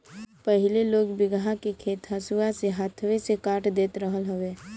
पहिले लोग बीघहा के खेत हंसुआ से हाथवे से काट देत रहल हवे